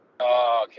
Okay